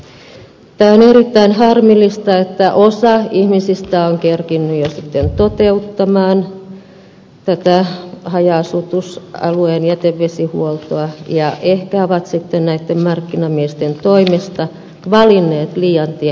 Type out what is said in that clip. tämä on erittäin harmillista että osa ihmisistä on kerinnyt jo sitten toteuttamaan tätä haja asutusalueen jätevesihuoltoa ja ehkä on sitten näiden markkinamiesten toimesta valinnut liian tehokkaan puhdistusvaihtoehdon